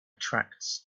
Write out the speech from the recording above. tracts